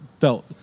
felt